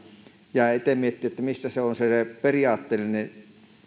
itse miettii että missä se on se periaatteellinen